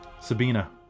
Sabina